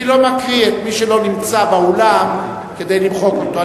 אני לא מקריא את שמו של מי שלא נמצא באולם כדי למחוק אותו,